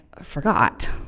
forgot